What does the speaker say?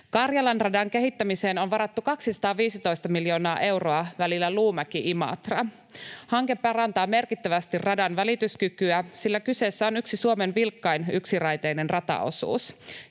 Karjalan radan kehittämiseen on varattu 215 miljoonaa euroa välillä Luumäki—Imatra. Hanke parantaa merkittävästi radan välityskykyä, sillä kyseessä on yksi Suomen vilkkain yksiraiteinen rataosuus.